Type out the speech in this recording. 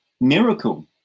miracle